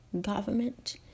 government